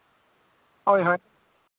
ᱦᱳᱭ ᱦᱳᱭ